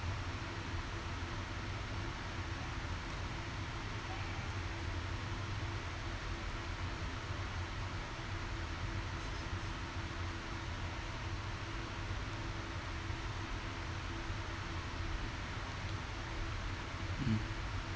mm